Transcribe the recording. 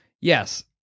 Yes